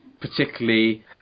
particularly